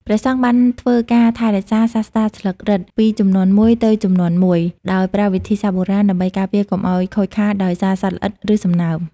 ព្រះសង្ឃបានធ្វើការថែរក្សាសាត្រាស្លឹករឹតពីជំនាន់មួយទៅជំនាន់មួយ ដោយប្រើវិធីសាស្ត្របុរាណ ដើម្បីការពារកុំឱ្យខូចខាតដោយសារសត្វល្អិត ឬសំណើម។